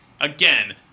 again